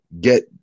get